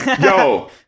yo